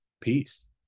peace